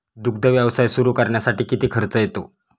दुग्ध व्यवसाय सुरू करण्यासाठी किती खर्च येतो?